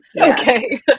Okay